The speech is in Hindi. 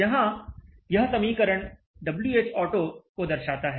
यहां यह समीकरण Whauto को दर्शाता है